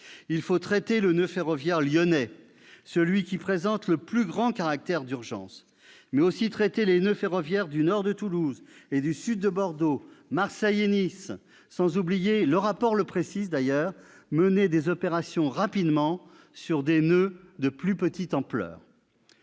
également traiter le noeud ferroviaire lyonnais, qui présente le plus grand caractère d'urgence. Mais aussi traiter les noeuds ferroviaires du nord de Toulouse et du sud de Bordeaux, Marseille et Nice, sans oublier- le rapport le précise d'ailleurs -d'agir rapidement sur des noeuds de plus petite ampleur.